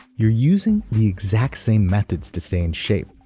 you're using the exact same methods to stay in shape.